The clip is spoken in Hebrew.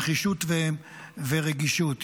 נחישות ורגישות.